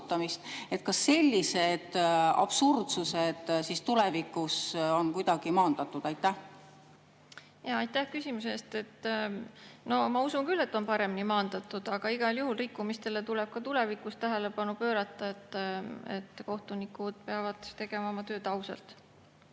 Kas sellised absurdsused on tulevikus kuidagi maandatud? Aitäh küsimuse eest! Ma usun küll, et on paremini maandatud, aga igal juhul tuleb rikkumistele ka tulevikus tähelepanu pöörata. Kohtunikud peavad tegema oma tööd ausalt.